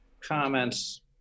comments